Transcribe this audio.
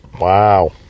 Wow